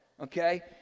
Okay